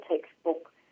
textbook